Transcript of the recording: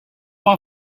come